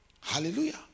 Hallelujah